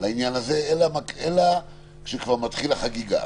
לעניין הזה, אלא כשכבר מתחילה החגיגה.